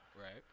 Right